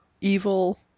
evil